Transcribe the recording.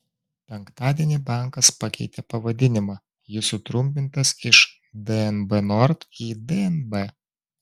penktadienį bankas pakeitė pavadinimą jis sutrumpintas iš dnb nord į dnb